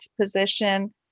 position